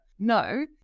no